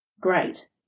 great